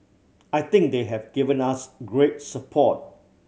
I think they have given us great support